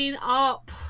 up